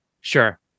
Sure